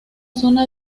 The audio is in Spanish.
zona